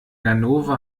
ganove